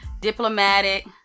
Diplomatic